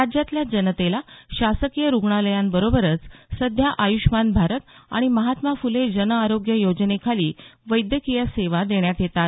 राज्यातल्या जनतेला शासकीय रुग्णालयांबरोबरच सध्या आयुष्मान भारत आणि महात्मा फुले जनआरोग्य योजनेखाली वैद्यकीय सेवा देण्यात येतात